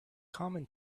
common